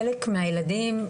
חלק מהילדים,